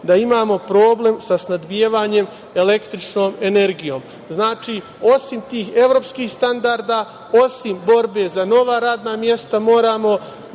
imamo problem sa snabdevanjem električnom energijom. Znači, osim tih evropskih standarda, osim borbe za nova radna mesta, moramo